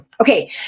Okay